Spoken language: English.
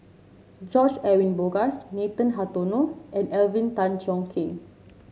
George Edwin Bogaars Nathan Hartono and Alvin Tan Cheong Kheng